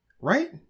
Right